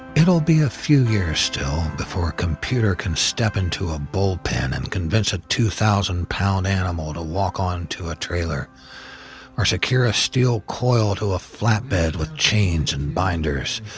it'll be a few years still before a computer can step into a bullpen and convince a two thousand pound animal to walk onto a trailer or secure a steel coil to a flatbed with chains and binders.